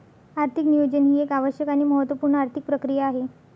आर्थिक नियोजन ही एक आवश्यक आणि महत्त्व पूर्ण आर्थिक प्रक्रिया आहे